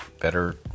better